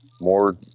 more